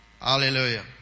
Hallelujah